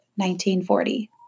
1940